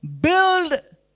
Build